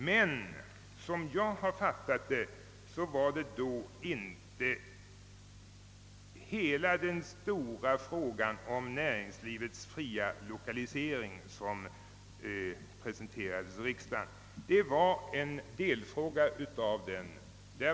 Men som jag har fattat det var det då inte hela den stora frågan om näringslivets fria lokalisering som presenterades riksdagen, utan det var en delfråga.